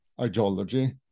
ideology